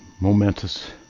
momentous